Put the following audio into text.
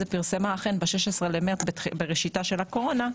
זה פרסמה אכן ב-16 למרץ בראשיתה של הקורונה,